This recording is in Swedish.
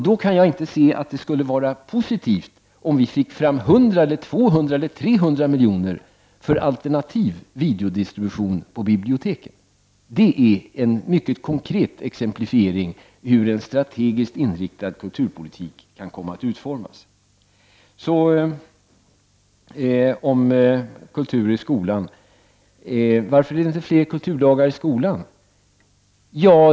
Då kan inte jag se att det skulle vara positivt om det gick att få fram 100, 200 eller 300 milj.kr. för alternativ videodistribution på biblioteken. Detta var en mycket konkret exemplifiering av hur en strategiskt inriktad kulturpolitik kan komma att utformas. Jag övergår till kultur i skolan. Varför är det inte fler kulturdagar i skolan?